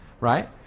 right